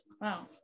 Wow